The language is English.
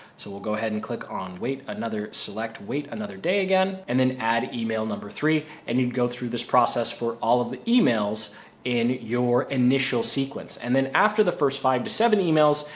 so we'll go ahead and click on, wait another select, wait another day again, and then add email number three. and you'd go through this process for all of the emails in your initial sequence. and then after the first five to seven emails,